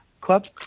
Club